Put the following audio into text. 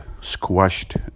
squashed